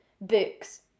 books